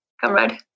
comrade